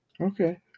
Okay